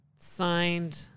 Signed